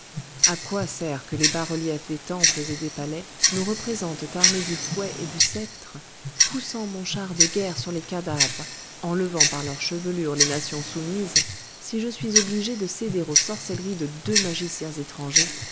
à quoi sert que les bas-reliefs des temples et des palais me représentent armé du fouet et du sceptre poussant mon char de guerre sur les cadavres enlevant par leurs chevelures les nations soumises si je suis obligé de céder aux sorcelleries de deux magiciens étrangers